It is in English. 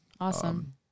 awesome